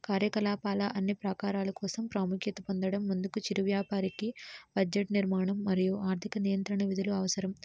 కార్యకలాపాల అన్ని ప్రాకారాల కోసం ప్రాముఖ్యత పొందడం ముందుకి చిరు వ్యాపారికి బడ్జెట్ నిర్మాణం మరియు ఆర్ధిక నియంత్రణ విధులు అవసరం